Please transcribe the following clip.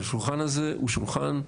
השולחן הזה הוא שולחן,